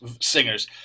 singers